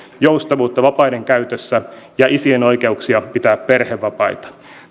joustavuutta vapaiden käytössä ja isien oikeuksia pitää perhevapaita